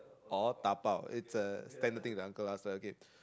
or dabao it's a standard thing the uncle ask lah okay